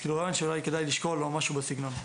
זה רעיון שאולי כדאי לשקול או משהו בסגנון.